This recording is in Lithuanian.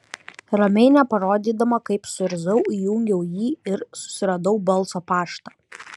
ramiai neparodydama kaip suirzau įjungiau jį ir susiradau balso paštą